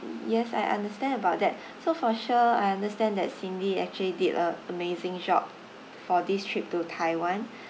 yes I understand about that so for sure I understand that cindy actually did a amazing job for this trip to taiwan